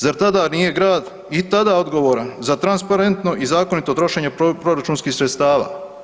Zar tada nije grad i tada odgovoran za transparentno i zakonito trošenje proračunskih sredstava?